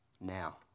now